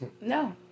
no